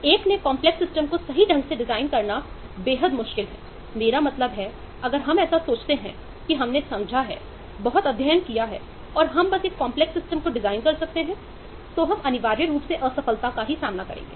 एक ने complex system को डिजाइन कर सकते हैं तो हम अनिवार्य रूप से असफलता का सामना करेंगे